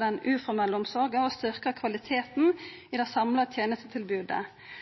den uformelle omsorga og styrkja kvaliteten på det samla tenestetilbodet.